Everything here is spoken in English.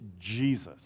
Jesus